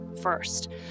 first